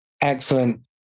Excellent